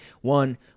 one